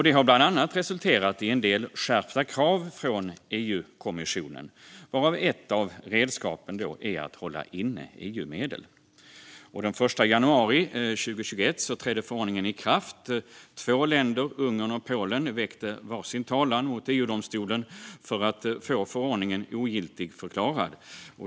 Det har bland annat resulterat i en del skärpta krav från EU-kommissionen, varav ett av redskapen är att hålla inne EU-medel. Den 1 januari 2021 trädde förordningen i kraft. Två länder, Ungern och Polen, väckte var sin talan mot EU-domstolen för att få förordningen ogiltigförklarad.